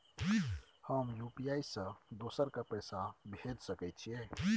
हम यु.पी.आई से दोसर के पैसा भेज सके छीयै?